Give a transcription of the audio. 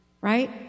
Right